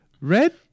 Red